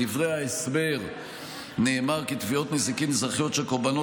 בדברי ההסבר נאמר כי תביעות נזיקין אזרחיות של קורבנות